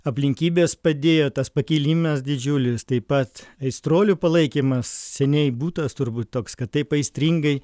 aplinkybės padėjo tas pakilimas didžiulis taip pat aistruolių palaikymas seniai būtas turbūt toks kad taip aistringai